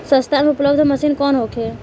सस्ता में उपलब्ध मशीन कौन होखे?